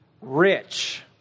rich